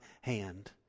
hand